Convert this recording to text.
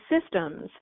systems